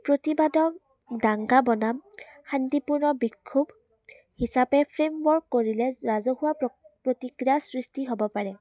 প্ৰতিবাদক ডাংগা বনাম শান্তিপূৰ্ণ বিক্ষুভ হিচাপে ফ্ৰেমৱৰ্ক কৰিলে ৰাজহুৱা প্ৰ প্ৰতিক্ৰিয়াৰ সৃষ্টি হ'ব পাৰে